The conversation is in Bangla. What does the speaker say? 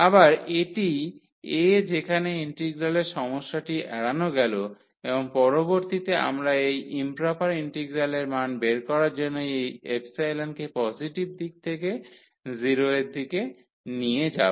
আবার এটি a যেখানে ইন্টিগ্রালের সমস্যাটি এড়ানো গেল এবং পরবর্তীতে আমরা এই ইম্প্রপার ইন্টিগ্রালের মান বের করার জন্য এই কে পজিটিভ দিক থেকে 0 এর দিকে নিয়ে যাব